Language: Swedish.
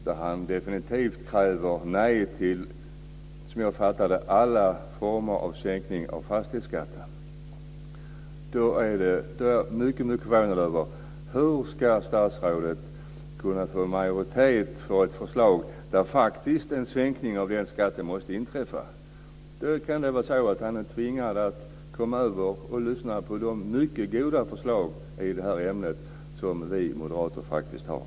Han kräver definitivt nej till alla former av sänkning av fastighetsskatten, som jag fattade det. Jag är mycket förvånad över detta: Hur ska statsrådet kunna få majoritet för ett förslag där en sänkning av den skatten faktiskt måste ingå? Det kan vara så att han blir tvingad att komma över och lyssna på de mycket goda förslag i detta ämne som vi moderater faktiskt har.